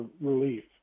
relief